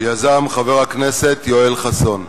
שיזם חבר הכנסת יואל חסון.